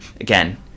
again